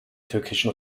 türkischen